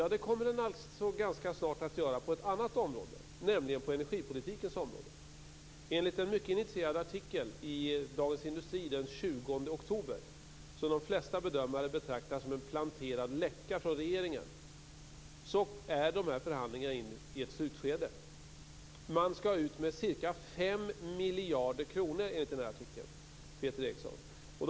Ja, det kommer den ganska snart att göra också på ett annat område, nämligen energipolitikens. Enligt en mycket initierad artikel i Dagens Industri den 20 oktober, som de flesta bedömare betraktar som en planterad läcka från regeringen, är dessa förhandlingar inne i ett slutskede. Man skall enligt artikeln ut med ca 5 miljarder kronor, Peter Eriksson.